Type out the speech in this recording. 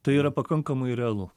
tai yra pakankamai realu